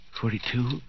Forty-two